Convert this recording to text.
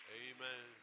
amen